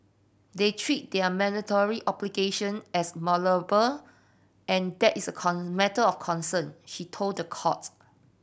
they treat their mandatory obligation as malleable and that is a matter of concern she told courts